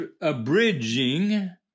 abridging